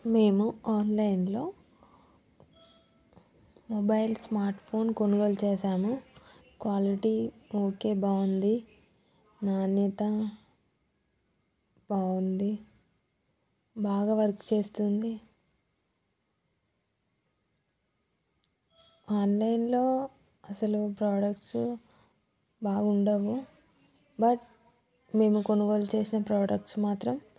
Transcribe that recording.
మేము ఆన్లైన్లో mobile smart phone కొనుగోలు చేశాము క్వాలిటీ ఓకే బాగుంది నాణ్యత బాగుంది బాగా వర్క్ చేస్తుంది ఆన్లైన్లో అసలు ప్రొడక్ట్స్ బాగుండవు బట్ మేము కొనుగోలు చేసిన ప్రొడక్ట్స్ మాత్రం